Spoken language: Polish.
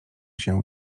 się